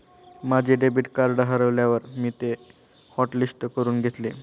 माझे debit card हरवल्यावर मी ते हॉटलिस्ट करून घेतले